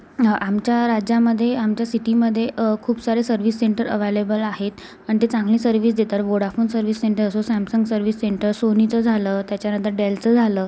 आमच्या राज्यामध्ये आमच्या सिटीमध्ये खूप सारे सर्व्हिस सेंटर अव्हालेबल आहेत आणि ते चांगली सर्व्हिस देतात वोडाफोन सर्व्हिस सेंटर असो सॅमसंग सर्व्हिस सेंटर सोनीचं झालं त्याच्यानंतर डेलचं झालं